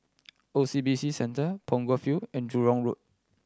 O C B C Centre Punggol Field and Jurong Road